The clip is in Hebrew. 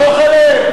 סמוך עליהם.